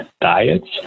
diets